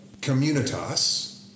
Communitas